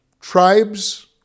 tribes